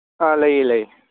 ꯑꯥ ꯂꯩꯌꯦ ꯂꯩ